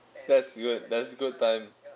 that's good that's good time